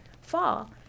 fall